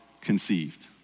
conceived